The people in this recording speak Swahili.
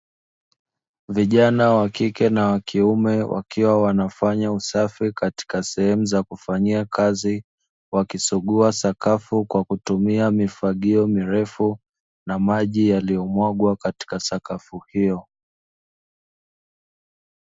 Vijana wa kike na wa kiume wakiwa wanafanya usafi katika sehemu za kufanyia kazi, wakisugua sakafu kwa kutumia mifagio mirefu na maji yaliyomwagwa katika sakafu hiyo.